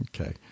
okay